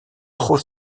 trop